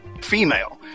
female